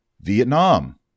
Vietnam